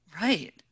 Right